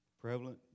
Prevalent